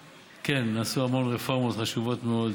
כן, נעשו המון רפורמות חשובות מאוד.